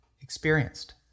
experienced